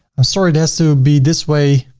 i'm sorry it has to be this way,